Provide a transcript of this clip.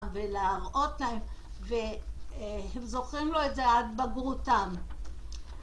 ולהראות להם, והם זוכרים לו את זה עד בגרותם.